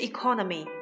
Economy